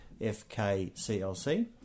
fkclc